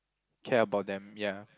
care about them ya